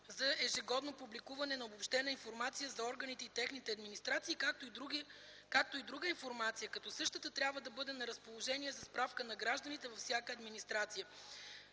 за ежегодно публикуване на обобщена информация за органите и техните администрации, както и друга информация, като същата трябва да бъде на разположение за справка на гражданите във всяка администрация.